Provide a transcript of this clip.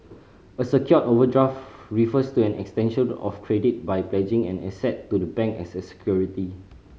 a secured overdraft refers to an extension of credit by pledging an asset to the bank as security